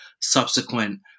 subsequent